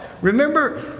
Remember